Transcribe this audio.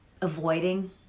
avoiding